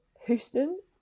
Houston